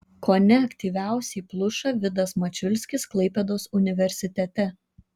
kone aktyviausiai pluša vidas mačiulskis klaipėdos universitete